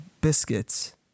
biscuits